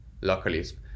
localism